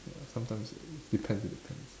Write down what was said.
ya sometimes depends it depends